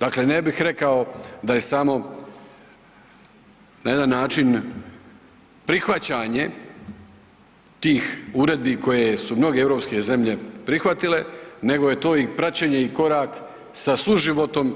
Dakle, ne bih rekao da je samo na jedan način prihvaćanje tih uredbi koje su mnoge europske zemlje prihvatile, nego je to i praćenje i korak sa suživotom